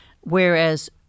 whereas